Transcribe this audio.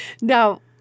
Now